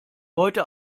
heute